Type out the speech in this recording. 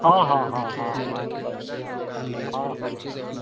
ହଁ ହଁ ହଁ ହଁ ମାଆଙ୍କ ଦୟାରୁ ହଁ ହଁ ମୁଁ ଜାଣିଛି